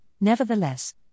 nevertheless